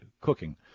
cooking